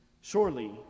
Surely